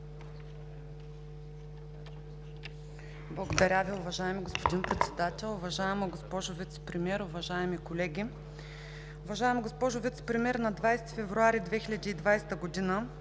Благодаря Ви, уважаеми господин Председател. Уважаема госпожо Вицепремиер, уважаеми колеги! Уважаема, госпожо Вицепремиер, на 20 февруари 2020 г.